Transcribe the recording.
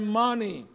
money